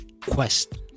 quest